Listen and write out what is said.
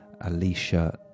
alicia